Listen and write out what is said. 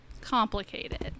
complicated